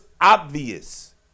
obvious